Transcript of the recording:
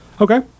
Okay